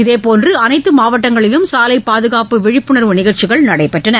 இதேபோன்று அனைத்து மாவட்டங்களிலும் சாலை பாதுகாப்பு விழிப்புணர்வு நிகழ்ச்சிகள் நடைபெற்றன